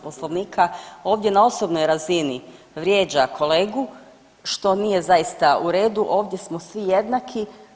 Poslovnika ovdje na osobnoj razini vrijeđa kolegu što nije zaista u redu, ovdje smo zaista svi jednaki.